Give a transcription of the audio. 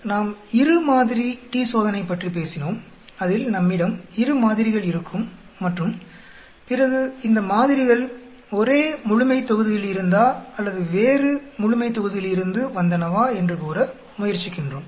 பிறகு நாம் இரு மாதிரி t சோதனை பற்றி பேசினோம் அதில் நம்மிடம் இரு மாதிரிகள் இருக்கும் மற்றும் பிறகு இந்த மாதிரிகள் ஒரே முழுமைத்தொகுதியிலிருந்தா அல்லது வேறு முழுமைத்தொகுதியிலிருந்து வந்தனவா என்று கூற முயற்சிக்கின்றோம்